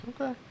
Okay